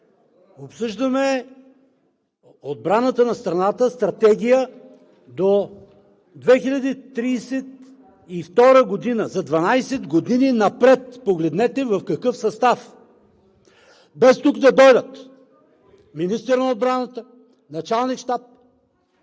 Обсъждаме отбраната на страната, Стратегия до 2032 г. – за 12 години напред, погледнете в какъв състав – без тук да дойдат министърът на отбраната, началник на